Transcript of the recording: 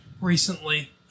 recently